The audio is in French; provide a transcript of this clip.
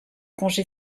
congé